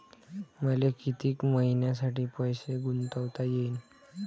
मले कितीक मईन्यासाठी पैसे गुंतवता येईन?